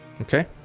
Okay